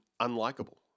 unlikable